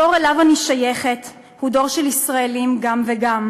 הדור שאליו אני שייכת הוא דור של ישראלים "גם וגם".